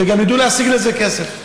וגם ידעו להשיג לזה כסף.